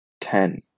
ten